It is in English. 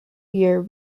year